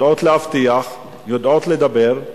יודעות להבטיח, יודעות לדבר,